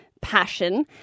passion